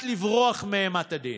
לא צריך להיכנס לבונקר בגלל הפגנות בבלפור.